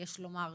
יש לומר,